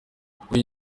kuri